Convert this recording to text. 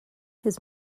his